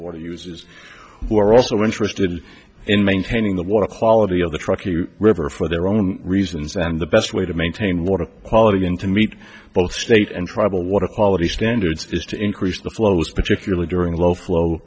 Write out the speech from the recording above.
of uses who are also interested in maintaining the water quality of the truck you river for their own reasons and the best way to maintain water quality and to meet both state and tribal water quality standards is to increase the flows particularly during low f